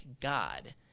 God